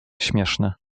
śmieszne